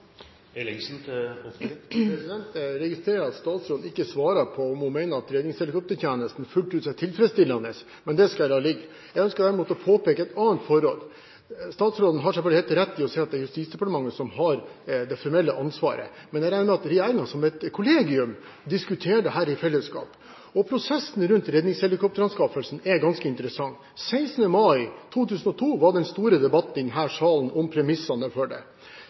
Jeg registrerer at statsråden ikke svarer på om hun mener at redningshelikoptertjenesten fullt ut er tilfredsstillende, men det skal jeg la ligge. Jeg ønsker derimot å påpeke et annet forhold. Statsråden har selvfølgelig helt rett når hun sier at det er Justisdepartementet som har det formelle ansvaret. Men jeg regner med at regjeringen som et kollegium diskuterer dette i fellesskap. Prosessen rundt redningshelikopteranskaffelsen er ganske interessant. Den 16. mai 2002 hadde vi den store debatten i denne salen om premissene for det.